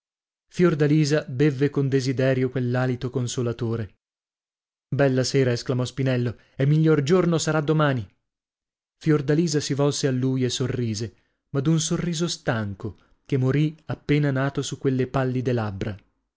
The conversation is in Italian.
fiordalisa bevve con desiderio quell'alito consolatore bella sera esclamò spinello e miglior giorno sarà domani fiordalisa si volse a lui e sorrise ma d'un sorriso stanco che morì appena nato su quelle pallide labbra